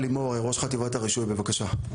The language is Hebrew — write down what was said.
לימור, ראש חטיבת הרישוי, בבקשה.